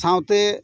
ᱥᱟᱶᱛᱮ